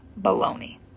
baloney